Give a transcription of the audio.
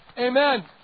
Amen